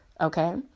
okay